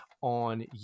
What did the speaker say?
on